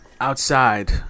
outside